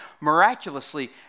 miraculously